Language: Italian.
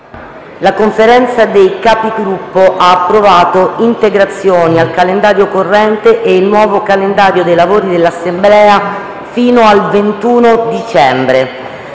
la Conferenza dei Capigruppo ha approvato integrazioni al calendario corrente e il nuovo calendario dei lavori dell’Assemblea fino al 21 dicembre.